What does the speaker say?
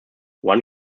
one